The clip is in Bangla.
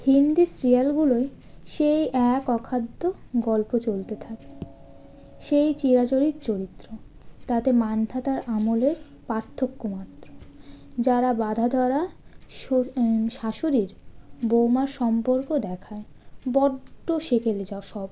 হিন্দি সিরিয়ালগুলোয় সেই এক অখাদ্য গল্প চলতে থাকে সেই চিরাচরিত চরিত্র তাতে মান্ধাতার আমলের পার্থক্য মাত্র যারা বাঁধা ধরা শো শাশুড়ি বৌমার সম্পর্ক দেখায় বড্ড সেকেলে যা সব